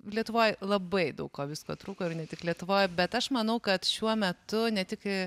lietuvoj labai daug visko trūko ir ne tik lietuvoj bet aš manau kad šiuo metu ne tik